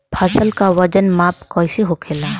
फसल का वजन माप कैसे होखेला?